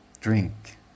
drink